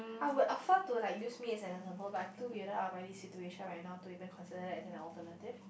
I would offer to like use me as an example but I'm too weird out now by this situation right now to even considered that as an alternative